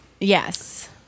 Yes